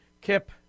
Kip